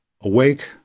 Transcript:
awake